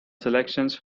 selections